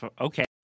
Okay